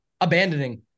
abandoning